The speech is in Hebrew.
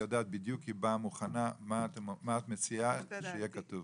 מה את מציעה שיהיה כתוב?